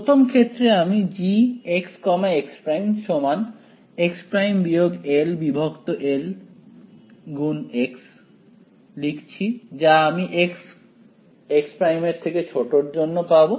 প্রথম ক্ষেত্রে আমি Gx x′ x x x′ পাব